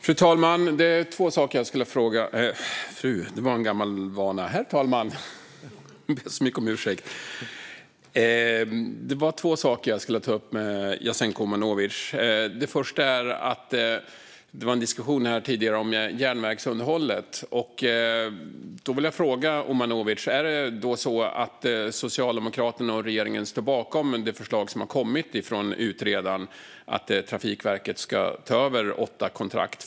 Herr talman! Det är två saker jag skulle vilja ta upp med Jasenko Omanovic. Det första gäller den diskussion som fördes här tidigare om järnvägsunderhållet. Jag vill fråga Omanovic om Socialdemokraterna och regeringen står bakom det förslag som har kommit från utredaren om att Trafikverket ska ta över åtta kontrakt.